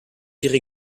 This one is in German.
ihre